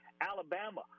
Alabama